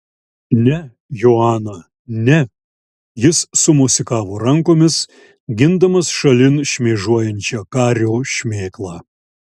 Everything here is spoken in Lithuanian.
ne joana ne jis sumosikavo rankomis gindamas šalin šmėžuojančią kario šmėklą